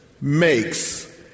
makes